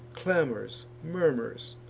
clamors, murmurs,